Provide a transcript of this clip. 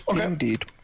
Indeed